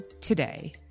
today